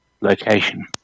location